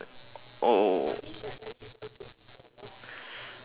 oh